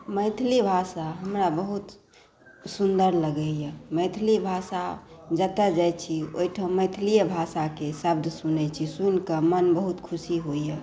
मैथिली भाषा हमरा बहुत सुन्दर लगैया मैथिली भाषा जतऽ जाइ छी ओहिठाम मैथिलीये भाषाके शब्द सुनै छी सुनि कऽ मन बहुत खुशी होइए